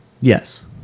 Yes